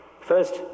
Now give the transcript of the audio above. first